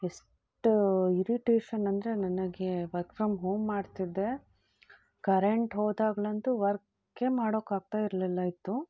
ಎಷ್ಟು ಇರಿಟೇಷನ್ ಅಂದರೆ ನನಗೆ ವರ್ಕ್ ಫ್ರಮ್ ಹೋಮ್ ಮಾಡ್ತಿದ್ದೆ ಕರೆಂಟ್ ಹೋದಾಗಲಂತೂ ವರ್ಕೆ ಮಾಡೋಕ್ಕಾಗ್ತಾ ಇರಲಿಲ್ಲ ಇತ್ತು